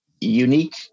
unique